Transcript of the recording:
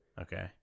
Okay